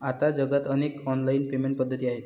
आता जगात अनेक ऑनलाइन पेमेंट पद्धती आहेत